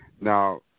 Now